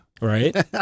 Right